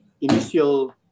initial